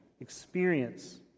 Experience